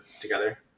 together